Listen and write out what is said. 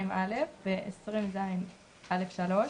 (2)(א) ו-20ז(א)(3)